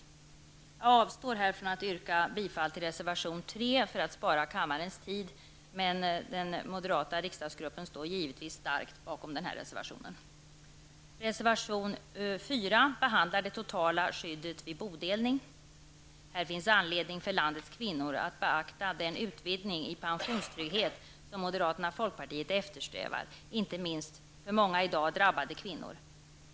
För att spara kammarens tid avstår jag från att yrka bifall till reservation 3, men den moderata riksdagsgruppen står givetvis starkt bakom denna reservation. Reservation 4 behandlar det totala pensionsskyddet vid bodelning. Här finns anledning för landets kvinnor att beakta den utvidgning i pensionstrygghet som moderaterna och folkpartiet eftersträvar, inte minst för många i dag drabbade kvinnor.